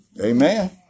Amen